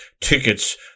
tickets